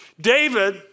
David